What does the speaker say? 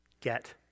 get